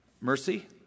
Mercy